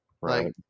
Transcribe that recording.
right